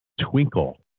twinkle